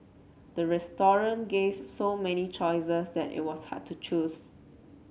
the gave so many choices that it was hard to choose